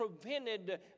prevented